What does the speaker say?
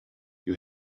you